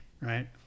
right